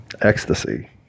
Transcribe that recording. ecstasy